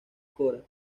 cora